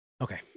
Okay